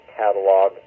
catalog